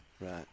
Right